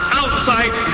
outside